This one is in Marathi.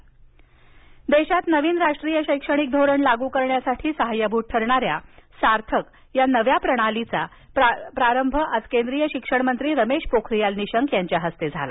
नवी प्रणाली सार्थक देशात नवीन राष्ट्रीय शैक्षणिक धोरण लागू करण्यासाठी सहाय्यभूत ठरणाऱ्या सार्थक या नव्या प्रणालीचा प्रारंभ केंद्रीय शिक्षण मंत्री रमेश पोखरियाल निशंक यांच्या हस्ते आज झाला